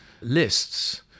lists